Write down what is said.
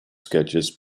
sketches